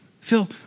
Phil